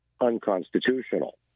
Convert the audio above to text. unconstitutional